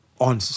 on